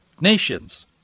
nations